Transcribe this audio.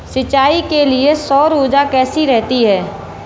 सिंचाई के लिए सौर ऊर्जा कैसी रहती है?